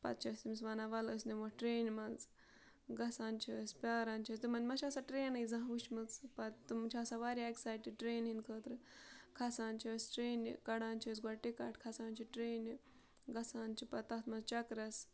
پَتہٕ چھِ أسۍ أمِس وَنان وَلہٕ أسۍ نِمہٕ ہوتھ ٹرٛینہِ منٛز گژھان چھِ أسۍ پیٛاران چھِ أسۍ تِمَن ما چھِ آسان ٹرٛینٕے زانٛہہ وٕچھمٕژ پَتہ تِم چھِ آسان واریاہ اٮ۪کسایٹٕڈ ٹرٛینہِ ہِنٛدۍ خٲطرٕ کھَسان چھِ أسۍ ٹرٛینہِ کَڑان چھِ أسۍ گۄڈٕ ٹِکَٹ کھَسان چھِ ٹرٛینہِ گژھان چھِ پَتہٕ تَتھ منٛز چَکرَس